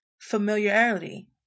familiarity